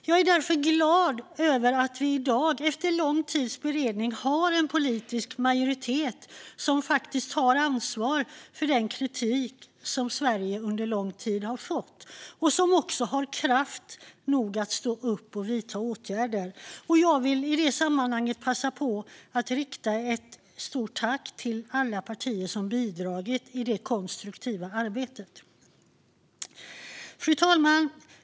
Jag är därför glad över att vi i dag, efter lång tids beredning, har en politisk majoritet som faktiskt tar ansvar för den kritik som Sverige under lång tid har fått och som också har kraft nog att stå upp och vidta åtgärder. Jag vill i det sammanhanget passa på att rikta ett stort tack till alla partier som bidragit i det konstruktiva arbetet. Fru talman!